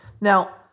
Now